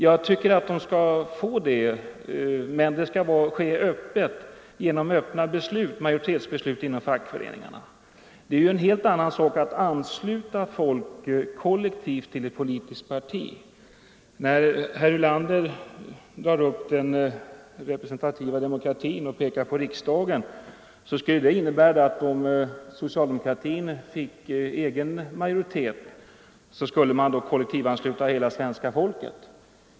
Jag tycker att de kan få det, men det skall ske öppet genom majoritetsbeslut inom fackföreningarna. Det är en helt annan sak att ansluta folk kollektivt till ett politiskt parti. När herr Ulander drar upp den representativa demokratin och pekar på riksdagen, innebär det att om socialdemokratin fick egen majoritet skulle man kollektivansluta hela svenska folket.